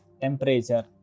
Temperature